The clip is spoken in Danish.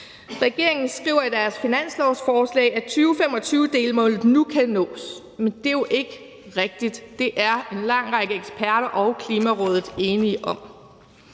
Regeringen skriver i sit finanslovsforslag, at 2025-delmålet nu kan nås. Men det er jo ikke rigtigt. Det er en lang række eksperter og Klimarådet enige om.